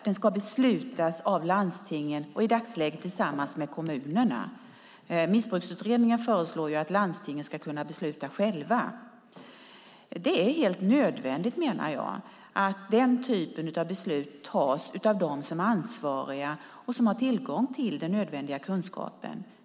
Den ska beslutas av landstingen och i dagsläget tillsammans med kommunerna. Missbruksutredningen föreslår att landstingen ska kunna besluta själva. Det är helt nödvändigt, menar jag, att den typen av beslut tas av dem som är ansvariga och som har tillgång till den nödvändiga kunskapen.